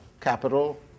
capital